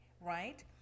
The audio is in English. right